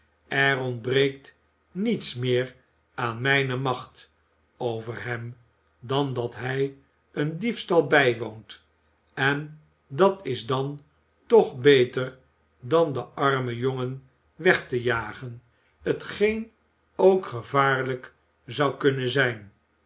er ontbreekt niets meer aan mijne macht over hem dan dat hij een diefstal bijwoont en dat is dan toch beter dan den armen jongen weg te jagen t geen ook gevaarlijk zou kunnen zijn